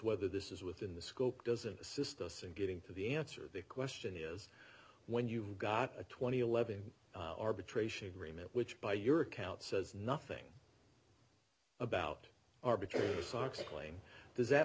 whether this is within the scope doesn't assist us in getting to the answer the question is when you got a two thousand and eleven arbitration agreement which by your account says nothing about arbitrary socks playing does that